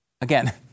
Again